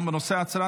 בנושא: